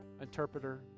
interpreter